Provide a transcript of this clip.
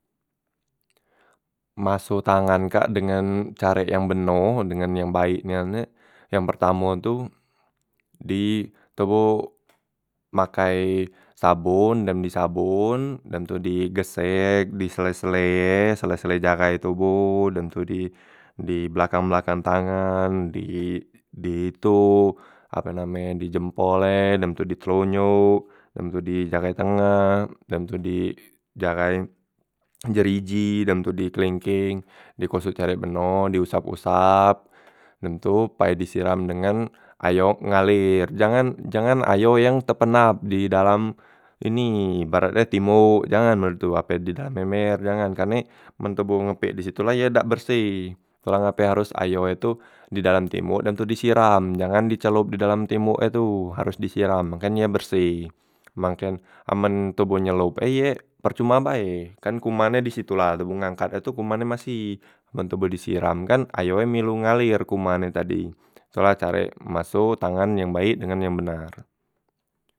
Masoh tangan kak dengan carek yang beno dengan yang baek nian na, yang pertamo tu di toboh makai sabon dem di sabon dem tu digesek di sele- sele e sele- sele jarai toboh dem tu di di belakang- belakang tangan di di itu ape name e di jempol e dem tu di telonyok dem tu di jarai tengah dem tu di jarai jeriji dem tu di kelengkeng dikosok secarek beno di usap- usap dem tu pai disiram dengan ayo k ngalir jangan jangan ayo yang tepenap di dalam ini baredek tembok jangan la tu ape di dalam ember jangan, karne men toboh ngepek disitu la ye dak berseh, tu la ngape haros ayo e tu di dalam tembok dem tu disiram jangan dicelop di dalam tembok e tu haros disiram makenye berseh, mangken amen toboh nyelop e ye percuma bae, kan kuman e disitu la toboh ngangkat e tu kuman e masih, amen toboh disiram kan ayo e milu ngalir kuman e tadi, tu la carek masoh tangan yang baek dengan yang benar.